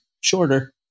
shorter